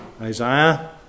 Isaiah